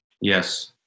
Yes